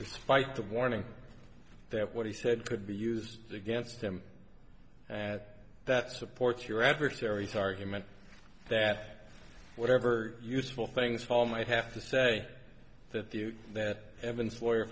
despite the warning that what he said could be used against him at that supports your adversaries argument that whatever useful things fall might have to say that the that evan sawyer